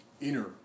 Inner